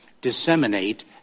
disseminate